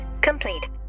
complete